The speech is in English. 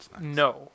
No